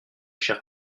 chers